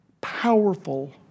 powerful